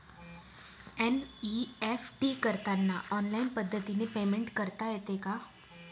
NEFT करताना online पद्धतीने payment करता येते का?